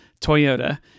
Toyota